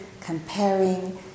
comparing